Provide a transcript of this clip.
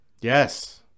Yes